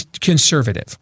conservative